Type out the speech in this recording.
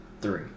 three